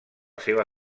seva